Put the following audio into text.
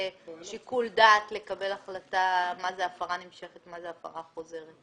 שיקול דעת לקבל החלטה מהי הפרה נמשכת ומהי הפרה חוזרת?